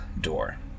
door